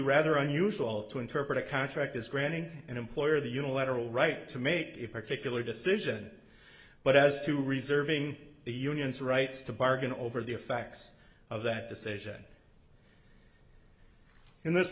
rather unusual to interpret a contract as granting an employer the unilateral right to make a particular decision but as to reserving the union's rights to bargain over the effects of that decision in this